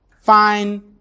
fine